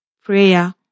prayer